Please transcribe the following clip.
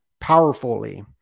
powerfully